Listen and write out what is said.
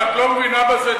ואת לא מבינה בזה דבר וחצי דבר.